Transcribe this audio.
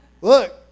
look